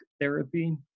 therapy